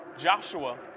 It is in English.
Joshua